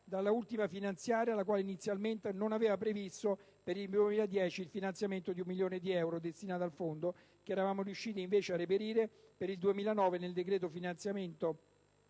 dall'ultima legge finanziaria, la quale inizialmente non aveva previsto per il 2010 il finanziamento di 1 milione di euro destinato al Fondo, finanziamento che eravamo riusciti, invece, a reperire per il 2009 nel decreto sul finanziamento